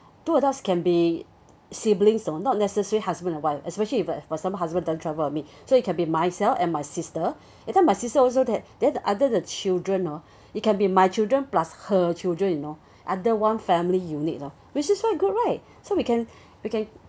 two adults can be siblings you know not necessarily husband and wife especially if you for example husband doesn't travel with me so it can be myself and my sister that time my sister also that that other the children oh it can be my children plus her children you know other one family unit oh which is so good right so we can we can